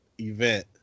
event